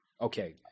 Okay